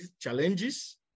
challenges